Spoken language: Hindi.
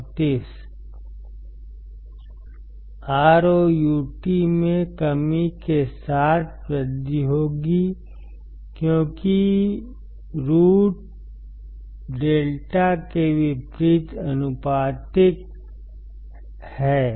ROUT में कमी के साथ वृद्धि होगी क्योंकि ROUT λ के विपरीत आनुपातिक है